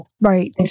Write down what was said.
Right